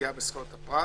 פגיעה בזכויות הפרט